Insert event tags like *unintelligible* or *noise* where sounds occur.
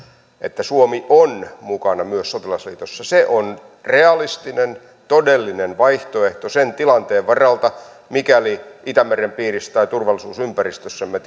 että suomi on mukana myös sotilasliitossa on realistinen todellinen vaihtoehto sen tilanteen varalta mikäli itämeren piirissä tai turvallisuusympäristössämme *unintelligible*